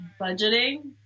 budgeting